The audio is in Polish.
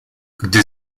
gdy